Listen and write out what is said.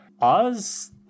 Oz